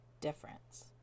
difference